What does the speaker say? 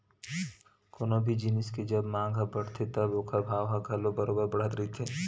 कोनो भी जिनिस के जब मांग ह बड़थे तब ओखर भाव ह घलो बरोबर बड़त रहिथे